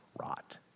rot